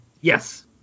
Yes